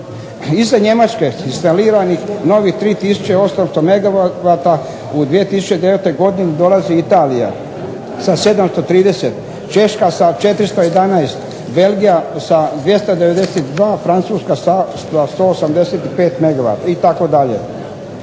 Iza Njemačke instaliranih novih 3800 megawata u 2009. godini dolazi Italija sa 730, Češka sa 411, Belgija sa 292, Francuska sa 185